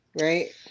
Right